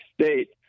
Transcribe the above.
state